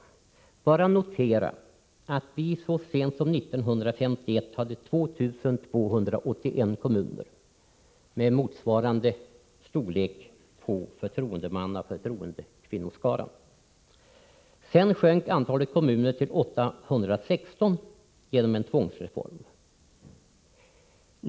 Jag vill bara notera att vi så sent som 1951 hade 2 281 kommuner, med en motsvarande storlek på skaran av förtroendemän och förtroendekvinnor och att antalet kommuner sedan sjönk till 816 genom en tvångsreform.